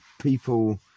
people